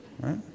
right